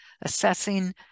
assessing